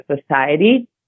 society